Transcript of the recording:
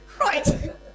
Right